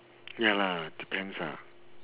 ya lah depends ah